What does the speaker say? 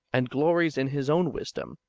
and glories in his own wisdom,